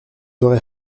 aurait